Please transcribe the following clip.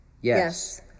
Yes